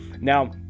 Now